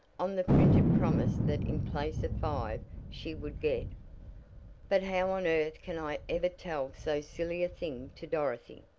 on the printed promise that in place of five she would get but how on earth can i ever tell so silly a thing to dorothy?